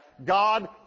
God